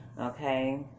okay